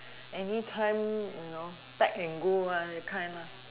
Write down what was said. anytime you know pack and go one that kind lah